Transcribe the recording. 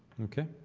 okay,